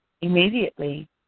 immediately